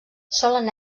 solen